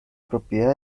propiedad